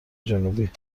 جنوبی